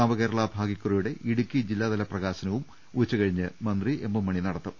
നവകേരള ഭാഗ്യക്കുറിയുടെ ഇടുക്കി ജില്ലാതല പ്രകാശനവും ഉച്ചകഴിഞ്ഞ് മന്ത്രി എം എം മണി നടത്തും